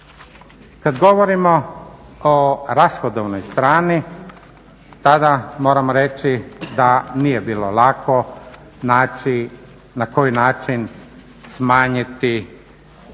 Kad govorimo o rashodovnoj strani tada moramo reći da nije bilo lako naći na koji način smanjiti skoro